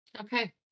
Okay